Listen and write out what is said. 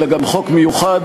אלא גם חוק מיוחד,